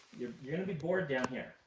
you're going to be bored down here.